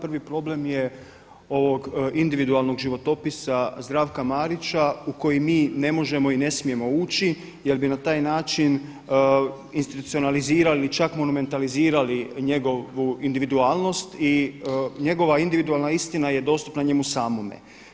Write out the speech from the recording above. Prvi problem je individualnog životopisa Zdravka Marića u koji mi ne možemo i ne smijemo ući jel bi na taj način institucionalizirali čak monumentalizirali njegovu individualnost i njegova individualna istina je dostupna njemu samome.